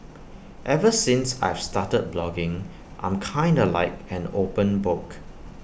ever since I've started blogging I'm kinda like an open book